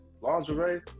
lingerie